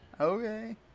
Okay